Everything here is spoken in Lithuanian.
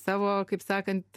savo kaip sakant